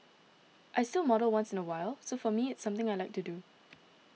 I still model once in a while so for me it's something I like to do